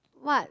what